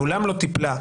מעולם לא טיפלה,